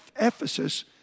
Ephesus